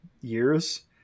years